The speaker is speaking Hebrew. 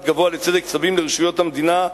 גבוה לצדק צווים לרשויות המדינה,